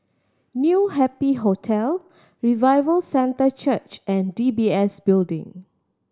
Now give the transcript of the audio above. New Happy Hotel Revival Centre Church and D B S Building